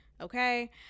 Okay